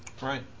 Right